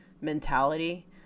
mentality